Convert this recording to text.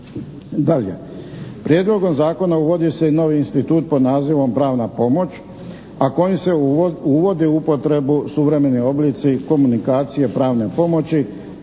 Dalje. Prijedlogom zakona uvodi se i novi institut pod nazivom pravna pomoć, a kojim se uvodi u upotrebu suvremeni oblici komunikacije pravne pomoći